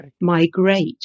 migrate